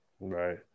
right